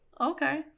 Okay